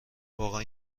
واقعا